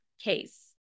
case